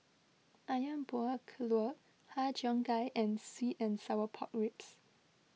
Ayam Buah Keluak Har Cheong Gai and Sweet and Sour Pork Ribs